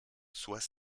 soit